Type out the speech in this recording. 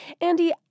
Andy